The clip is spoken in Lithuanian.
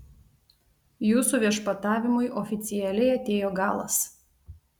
jūsų viešpatavimui oficialiai atėjo galas